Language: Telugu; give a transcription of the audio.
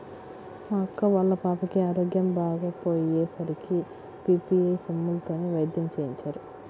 మా అక్క వాళ్ళ పాపకి ఆరోగ్యం బాగోకపొయ్యే సరికి పీ.పీ.ఐ సొమ్ములతోనే వైద్యం చేయించారు